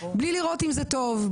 בלי לראות אם זה טוב,